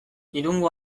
irungo